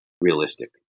realistic